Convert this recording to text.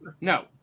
No